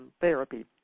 therapy